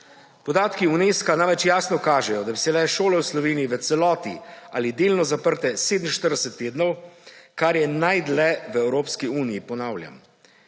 Podatki Unesca namreč jasno kažejo, da so bile šole v Sloveniji v celoti ali delno zaprte 47 tednov, kar je najdlje v Evropski uniji, ponavljam.